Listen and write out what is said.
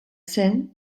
zen